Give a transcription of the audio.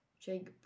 Jake